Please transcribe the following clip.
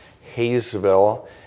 Hayesville